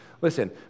Listen